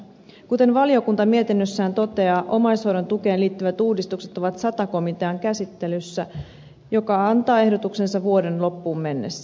kuten valiokunta mietinnössään toteaa omaishoidon tukeen liittyvät uudistukset ovat sata komitean käsittelyssä joka antaa ehdotuksensa vuoden loppuun mennessä